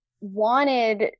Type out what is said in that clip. wanted